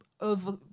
over